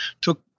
took